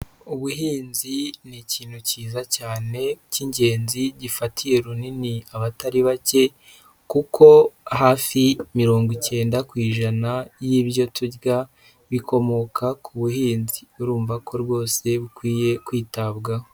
Ubuhinzi ni ikintu cyiza cyane cy'ingenzi gifatiye runini abatari bake kuko hafi mirongo icyenda ku ijana y'ibyo turya, bikomoka ku buhinzi. Urumva ko rwose bukwiye kwitabwaho.